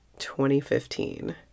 2015